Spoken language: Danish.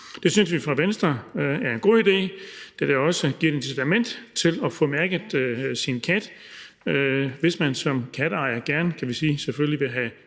Det synes vi i Venstre er en god idé, da det også giver et incitament til at få mærket sin kat, hvis man som katteejer gerne vil have